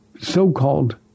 so-called